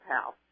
house